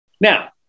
Now